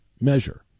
measure